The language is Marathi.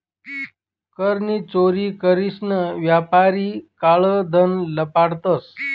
कर नी चोरी करीसन यापारी काळं धन लपाडतंस